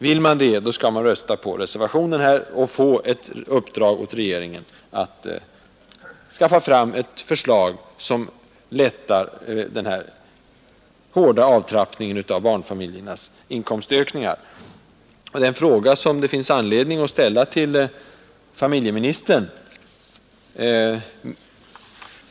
Vill man det skall man rösta för reservationen och ge ett uppdrag åt regeringen att lägga fram ett förslag som lättar den hårda belastningen på barnfamiljernas inkomstökningar. Jag sade att åtgärderna inte imponerar.